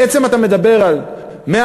בעצם אתה מדבר על 100,